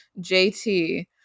JT